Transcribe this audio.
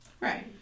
Right